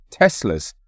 Teslas